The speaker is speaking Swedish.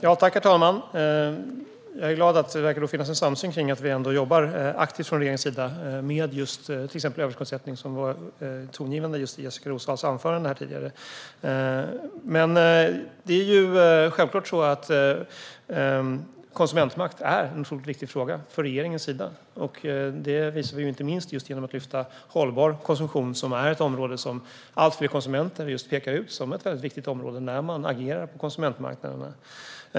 Herr talman! Jag är glad att det verkar finnas en samsyn om att vi jobbar aktivt från regeringens sida med till exempel överskuldsättning, som var tongivande i Jessika Roswalls anförande tidigare. Det är självklart så att konsumentmakt är en otroligt viktig fråga för regeringen. Det visar vi inte minst genom att lyfta fram hållbar konsum-tion. Det är ett område som allt fler konsumenter pekar ut som ett väldigt viktigt område när de agerar på konsumentmarknaderna.